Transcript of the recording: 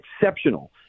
exceptional